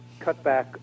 cutback